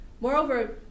Moreover